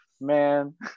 man